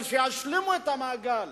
אבל שישלימו את המעגל.